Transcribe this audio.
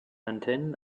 antennen